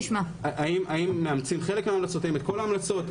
האם הם מאמצים חלק מההמלצות, האם את כל ההמלצות?